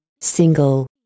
Single